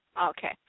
Okay